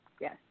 yes